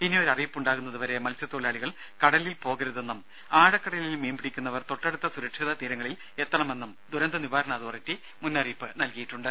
ഇനിയൊരറിയിപ്പുണ്ടാകുന്നത് വരെ മൽസ്യത്തൊഴിലാളികൾ കടലിൽ പോകരുതെന്നും ആഴക്കടലിൽ മീൻ പിടിക്കുന്നവർ തൊട്ടടുത്ത സുരക്ഷിത തീരങ്ങളിൽ എത്തണമെന്നും ദുരന്തനിവാരണ അതോറിറ്റി മുന്നറിയിപ്പ് നൽകിയിട്ടുണ്ട്